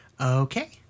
Okay